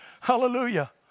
Hallelujah